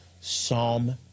Psalm